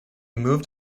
moved